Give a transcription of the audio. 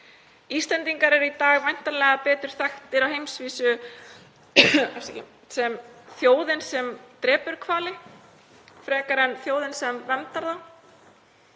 Íslendingar eru í dag væntanlega betur þekktir á heimsvísu sem þjóðin sem drepur hvali frekar en þjóðin sem verndar þá.